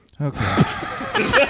Okay